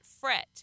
fret